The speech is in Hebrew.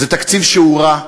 זה תקציב שהוא רע,